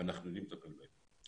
ואנחנו יודעים לטפל בהם.